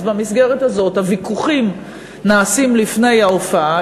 אז במסגרת הזאת הוויכוחים נעשים לפני ההופעה.